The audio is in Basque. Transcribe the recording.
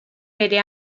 bere